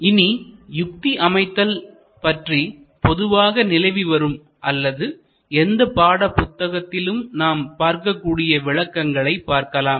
இனி யுக்தி அமைத்தல் பற்றி பொதுவாக நிலவி வரும் அல்லது எந்த பாட புத்தகத்திலும் நாம் பார்க்கக்கூடிய விளக்கங்களை பார்க்கலாம்